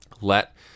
let